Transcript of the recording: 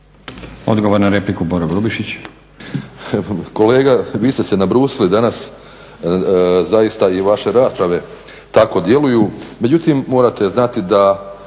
Odgovor na repliku, Goran Marić.